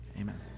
Amen